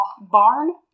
Barn